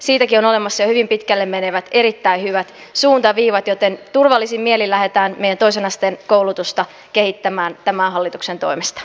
siitäkin on olemassa jo hyvin pitkälle menevät erittäin hyvät suuntaviivat joten turvallisin mielin lähdetään meidän toisen asteen koulutusta kehittämään tämän hallituksen toimesta